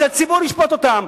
שהציבור ישפוט אותם,